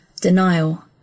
denial